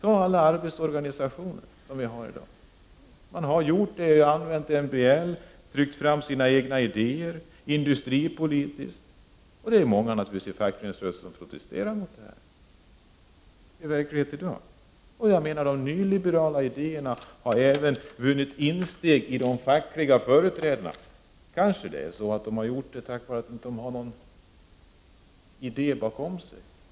I alla arbetsorganisationer har man använt sig av en MBL, tryckt fram egna idéer av industripolitiska skäl osv. Det är naturligtvis många fackföreningsrörelser som protesterar mot detta. Så är dagens verklighet. De nyliberala idéerna har faktiskt även vunnit insteg hos många fackliga företrädare. Kanske har det skett därför att de inte har några egna idéer bakom sig.